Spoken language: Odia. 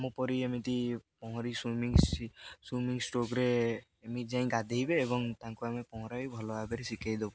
ଆମପରି ଏମିତି ପହଁରି ସୁଇମିଂ ସୁଇମିଂ ଷ୍ଟ୍ରୋଗରେ ଏମିତି ଯାଇ ଗାଧୋଇବେ ଏବଂ ତାଙ୍କୁ ଆମେ ପହଁରା ବି ଭଲଭାବରେ ଶିଖେଇ ଦେଉ